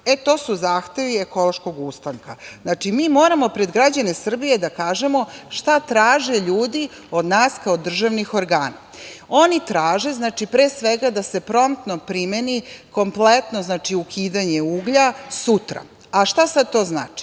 E to su zahtevi ekološkog ustanka. Znači, mi moramo pred građanima Srbije da kažemo šta traže ljudi od nas kao državnih organa. Oni traže, pre svega, da se promptno primeni kompletno ukidanje uglja sutra. Šta sad to znači?